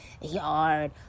yard